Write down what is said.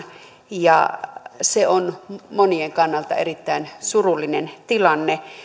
ja se on monien kannalta erittäin surullinen tilanne